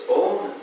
own